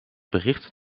bericht